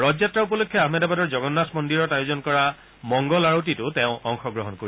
ৰথযাত্ৰা উপলক্ষে আহমেদাবাদৰ জগন্নাথ মন্দিৰত আয়োজন কৰা মঙ্গল আৰতিতো তেওঁ অংশগ্ৰহণ কৰিব